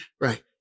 Right